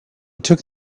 took